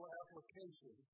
application